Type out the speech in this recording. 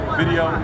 video